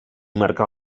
marcà